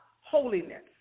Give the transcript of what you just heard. holiness